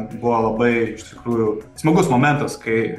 buvo labai iš tikrųjų smagus momentas kai